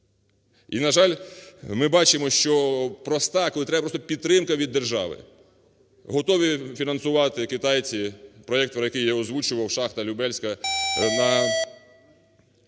І, на жаль, ми бачимо, що проста, коли треба просто підтримка від держави, готові фінансувати китайці проект, який я озвучував, шахта "Любельська" на